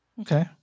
Okay